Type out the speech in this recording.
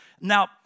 Now